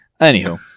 Anywho